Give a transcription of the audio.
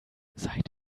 seit